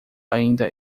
ainda